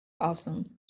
Awesome